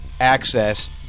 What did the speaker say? access